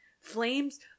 Flames